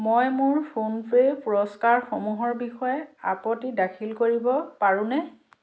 মই মোৰ ফোনপে' পুৰস্কাৰসমূহৰ বিষয়ে আপত্তি দাখিল কৰিব পাৰোঁ নে